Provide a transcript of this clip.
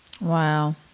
Wow